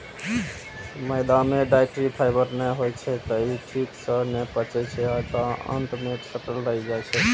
मैदा मे dietary fibre नै होइ छै, तें ई ठीक सं नै पचै छै आ आंत मे सटल रहि जाइ छै